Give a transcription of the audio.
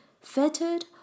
fettered